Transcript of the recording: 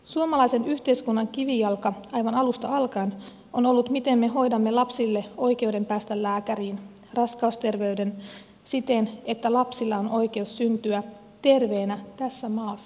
suomalaisen yhteiskunnan kivijalka aivan alusta alkaen on ollut miten me hoidamme lapsille oikeuden päästä lääkäriin raskausterveyden siten että lapsilla on oikeus syntyä terveinä tässä maassa